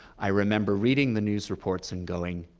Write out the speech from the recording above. i remember reading the news reports and going,